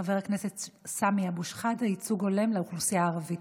של חבר הכנסת סמי אבו שחאדה: ייצוג הולם לאוכלוסייה הערבית.